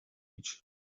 each